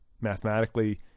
mathematically